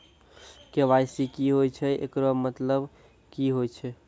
KYC की होय छै, एकरो मतलब की होय छै?